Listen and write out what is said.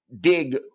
big